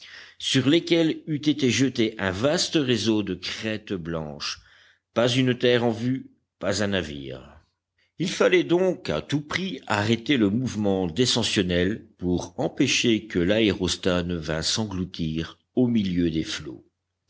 sur lesquelles eût été jeté un vaste réseau de crêtes blanches pas une terre en vue pas un navire il fallait donc à tout prix arrêter le mouvement descensionnel pour empêcher que l'aérostat ne vînt s'engloutir au milieu des flots